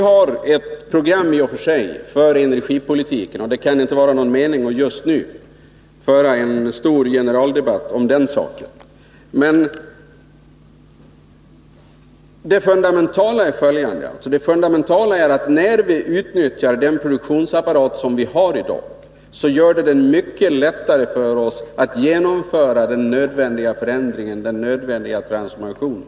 Herr talman! Vi har ett program för energipolitiken, men det kan knappast vara någon mening att just nu föra en stor generaldebatt om energipolitiken. Det fundamentala är att om vi utnyttjar den produktionsapparat vi har i dag, så blir det mycket lättare för oss att genomföra den nödvändiga förändringen, den nödvändiga transformationen.